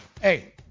hey